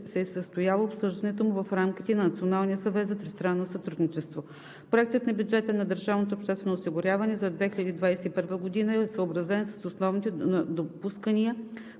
се е състояло обсъждането му в рамките на Националния съвет за тристранно сътрудничество. Проектът на бюджета на държавното обществено осигуряване за 2021 г. е съобразен с основните допускания